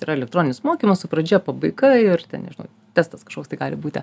yra elektroninis mokymas su pradžia pabaiga ir nežinau testas kažkoks tai gali būti